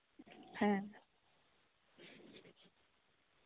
ᱦᱮᱸ